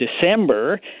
December